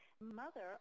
Mother